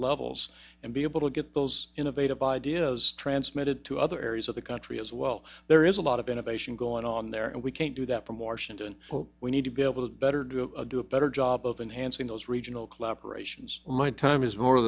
levels and be able to get those innovative ideas transmitted to other areas of the country as well there is a lot of innovation going on there and we can't do that from washington we need to be able to better do a do a better job of enhancing those regional collaboration's my time is more